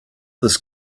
this